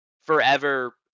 forever